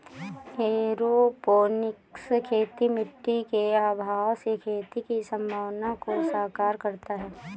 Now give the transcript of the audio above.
aeroponics खेती मिट्टी के अभाव में खेती की संभावना को साकार करता है